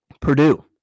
Purdue